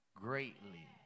greatly